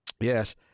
Yes